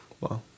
Wow